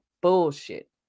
bullshit